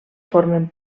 formen